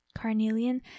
Carnelian